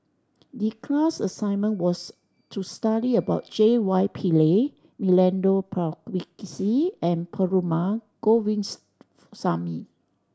the class assignment was to study about J Y Pillay Milenko Prvacki and Perumal